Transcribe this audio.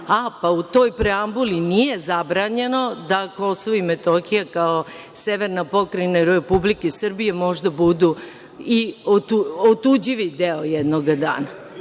a, pa u toj preambuli nije zabranjeno da Kosovo i Metohija kao severna pokrajina Republike Srbije možda budu i otuđivi deo jednoga dana.